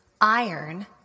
iron